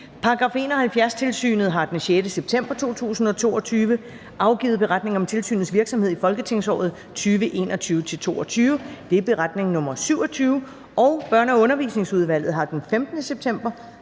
26). § 71-tilsynet har den 6. september 2022 afgivet Beretning om tilsynets virksomhed i folketingsåret 2021-22. (Beretning nr. 27). Børne- og Undervisningsudvalget har den 15. september